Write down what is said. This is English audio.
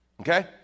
okay